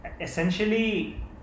essentially